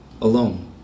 Alone